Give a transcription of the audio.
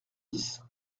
dix